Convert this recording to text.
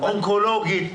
אונקולוגים,